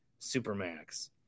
Supermax